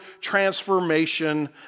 transformation